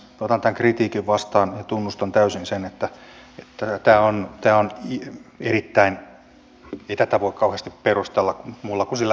otan tämän kritiikin vastaan ja tunnustan täysin sen että ei tätä voi kauheasti perustella muulla kuin sillä taloudella